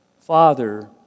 Father